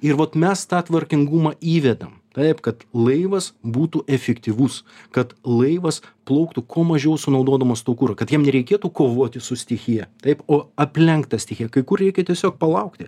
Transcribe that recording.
ir vot mes tą tvarkingumą įvedam taip kad laivas būtų efektyvus kad laivas plauktų kuo mažiau sunaudodamas to kuro kad jiems nereikėtų kovoti su stichija taip o aplenkt tą sticiją kai kur reikia tiesiog palaukti